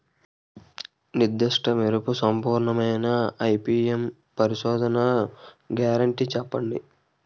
నిర్దిష్ట మెరుపు సంపూర్ణమైన ఐ.పీ.ఎం పరిశోధన గ్యారంటీ చెప్పండి?